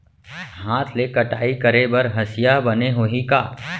हाथ ले कटाई करे बर हसिया बने होही का?